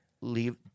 leave –